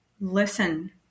listen